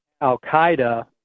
al-Qaeda